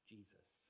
Jesus